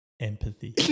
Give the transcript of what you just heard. Empathy